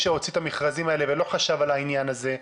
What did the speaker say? שהוציא את המכרזים האלה ולא חשב על העניין הזה.